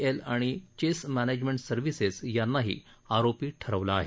L आणि Chase management services यांनाही आरोपी ठरवलं आहे